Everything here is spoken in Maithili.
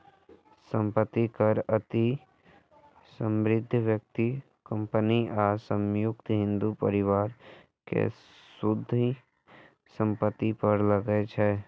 संपत्ति कर अति समृद्ध व्यक्ति, कंपनी आ संयुक्त हिंदू परिवार के शुद्ध संपत्ति पर लागै छै